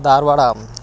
Dharwad